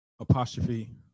Apostrophe